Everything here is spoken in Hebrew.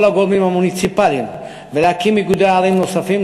הגורמים המוניציפליים ולהקים איגודי ערים נוספים,